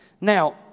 Now